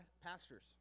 pastors